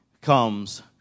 comes